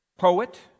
poet